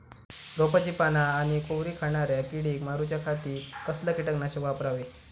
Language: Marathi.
रोपाची पाना आनी कोवरी खाणाऱ्या किडीक मारूच्या खाती कसला किटकनाशक वापरावे?